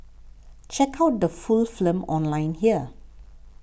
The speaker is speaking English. check out the full film online here